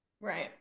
right